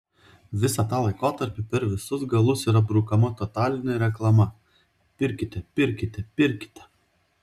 visą tą laikotarpį per visus galus yra brukama totalinė reklama pirkite pirkite pirkite